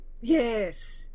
Yes